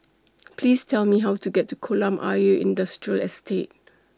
Please Tell Me How to get to Kolam Ayer Industrial Estate